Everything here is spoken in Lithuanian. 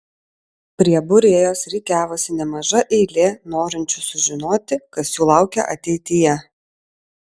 prie būrėjos rikiavosi nemaža eilė norinčių sužinoti kas jų laukia ateityje